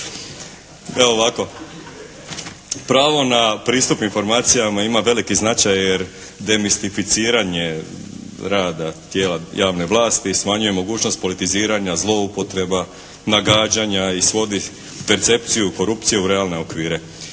Evo ovako, pravo na pristup informacijama ima veliki značaj jer demistifiranje rada tijela javne vlasti smanjuje mogućnost politiziranja, zloupotreba, nagađanja i svodi percepciju korupcije u realne okvire.